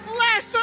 Bless